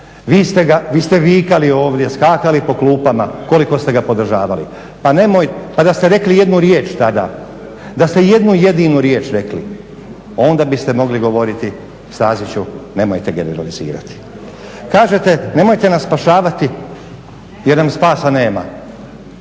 Vi ste vikali ovdje, skakali po klupama koliko ste ga podržavali. Pa da ste rekli jednu riječ tada, da ste jednu, jedinu riječ rekli onda biste mogli govoriti Staziću nemojte generalizirati. Kažete nemojte nas spašavati jer nam spasa nema.